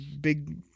big